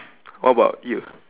what about you